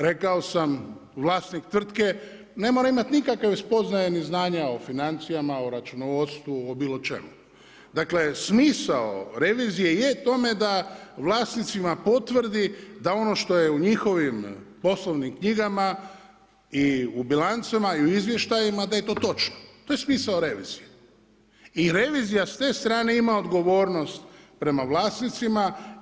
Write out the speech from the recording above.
Rekao sam vlasnik tvrtke ne mora imati nikakve spoznaja ni znanja o financijama, o računovodstvu o bilo čemu, dakle smisao revizije je tome da vlasnicima potvrdi da ono što je u njihovim poslovnim knjigama i u bilancama i u izvještajima da je to točno, to je smisao revizije i revizija s te strane ima odgovornost prema vlasnicima.